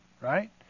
right